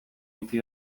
bizi